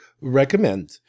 recommend